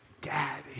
Daddy